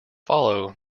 follow